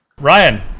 Ryan